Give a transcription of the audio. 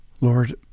Lord